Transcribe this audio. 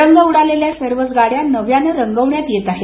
रंग उडालेल्या सर्वच गाड्या नव्यानं रंगवण्यात येत आहेत